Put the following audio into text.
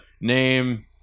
name